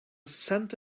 cent